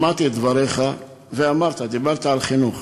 שמעתי את דבריך, ודיברת על חינוך.